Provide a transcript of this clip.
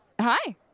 Hi